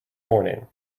morning